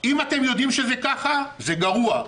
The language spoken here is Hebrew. אם אתם יודעים שזה ככה זה גרוע,